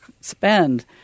spend